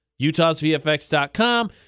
utahsvfx.com